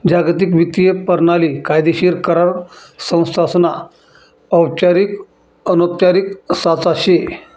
जागतिक वित्तीय परणाली कायदेशीर करार संस्थासना औपचारिक अनौपचारिक साचा शे